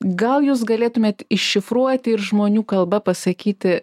gal jūs galėtumėte iššifruoti ir žmonių kalba pasakyti